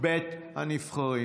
בית הנבחרים.